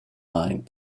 mind